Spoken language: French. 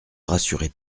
rassurer